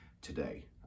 today